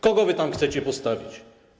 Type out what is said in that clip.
Kogo wy tam chcecie postawić?